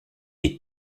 est